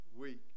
week